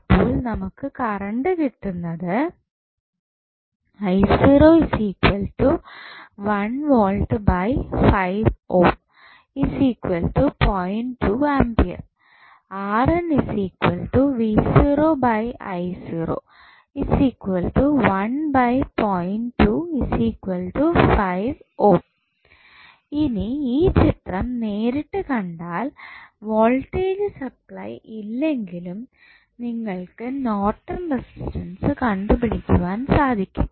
അപ്പോൾ നമുക്ക് കറണ്ട് കിട്ടുന്നത് A ഇനി ഈ ചിത്രം നേരിട്ട് കണ്ടാൽ വോൾട്ടേജ് സപ്ലൈ ഇല്ലെങ്കിലും നിങ്ങൾക്ക് നോർട്ടൺ റെസിസ്റ്റൻസ് കണ്ടുപിടിക്കുവാൻ സാധിക്കും